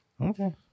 Okay